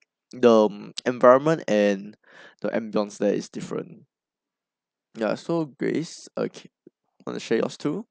the mm environment and the ambiance there is different ya so grace uh want to share your too